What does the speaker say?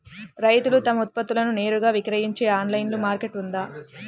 రైతులు తమ ఉత్పత్తులను నేరుగా విక్రయించే ఆన్లైను మార్కెట్ ఉందా?